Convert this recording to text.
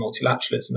multilateralism